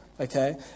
okay